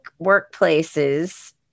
workplaces